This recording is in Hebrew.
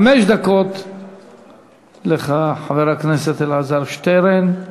חמש דקות לך, חבר הכנסת אלעזר שטרן.